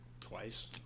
Twice